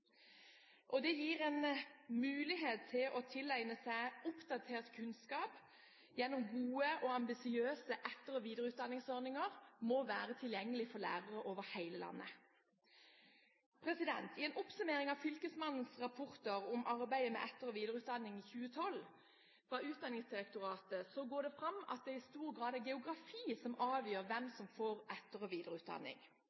Det å få en mulighet til å tilegne seg oppdatert kunnskap gjennom gode og ambisiøse etter- og videreutdanningsordninger må være tilgjengelig for lærere over hele landet. I en oppsummering fra Utdanningsdirektoratet av fylkesmennenes rapporter om arbeidet med etter- og videreutdanning i 2012, så går det fram at det i stor grad er geografi som avgjør hvem